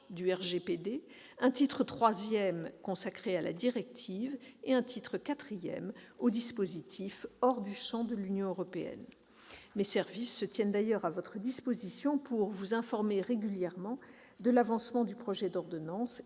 du RGPD, un troisième titre relatif à la directive et un quatrième titre visant les dispositifs hors du champ de l'Union européenne. Mes services se tiennent à votre disposition pour vous informer régulièrement de l'avancement du projet d'ordonnance,